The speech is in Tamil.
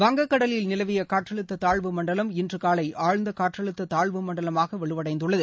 வங்கக்கடலில் நிலவிய காற்றழுத்த தாழ்வு மண்டலம் இன்று காலை ஆழ்ந்த காற்றழுத்த தாழ்வு மண்டலமாக வலுவடைந்துள்ளது